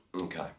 Okay